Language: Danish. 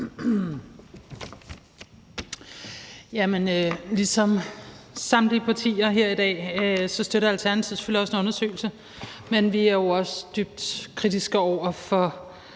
Ligesom samtlige partier her i dag støtter Alternativet selvfølgelig også en undersøgelse, men vi er også dybt kritiske over for